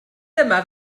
dyma